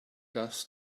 does